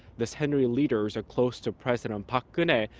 the saenuri leaders are close to president um park geun-hye,